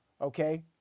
okay